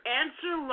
answer